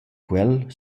quel